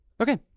Okay